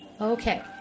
Okay